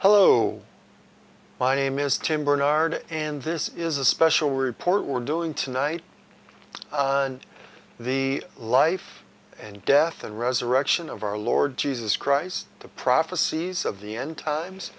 hello my name is tim barnard and this is a special report we're doing tonight on the life and death and resurrection of our lord jesus christ the prophecies of the end times